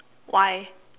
why